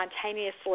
spontaneously